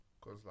Cause